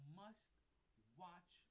must-watch